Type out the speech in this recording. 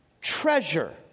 treasure